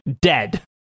dead